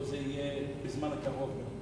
או זה יהיה בזמן הקרוב?